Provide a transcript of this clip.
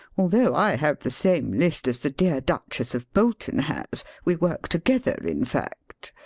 although i have the same list as the dear duchess of bolton has. we work together, in fact.